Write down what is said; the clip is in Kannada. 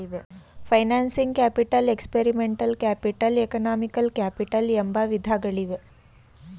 financing capital, experimental capital, economical capital ಎಂಬ ವಿಧಗಳಿವೆ